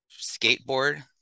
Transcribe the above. skateboard